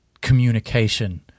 communication